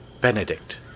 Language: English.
Benedict